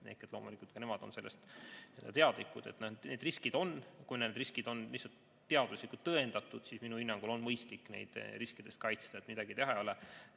pikk ja loomulikult ka nemad on sellest teadlikud. Need riskid on. Kui need riskid on teaduslikult tõestatud, siis minu hinnangul on mõistlik riskide eest kaitsta. Midagi teha ei ole.